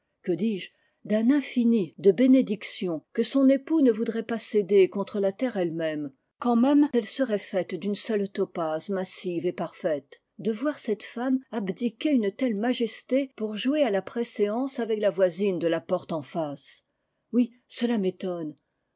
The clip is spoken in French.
que dis-je d'un infini de bénédiction que son époux ne voudrait pas céder contre la terre elle-même quand même elle serait faite d'une seule topaze massive et parfaite i de voir cette femme abdiquer une telle majesté pour jouer à la préséance avec la voisine de la porte en face oui cela m'étonne